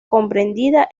comprendida